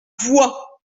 voix